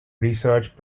research